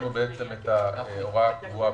אם אתן דוגמה לשנה זו,